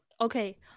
okay